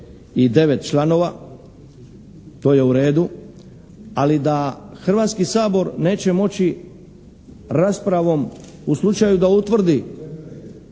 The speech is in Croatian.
Hrvatski sabor neće moći raspravom u slučaju da utvrdi